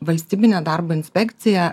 valstybinė darbo inspekcija